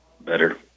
better